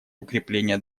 укрепления